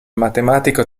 matematico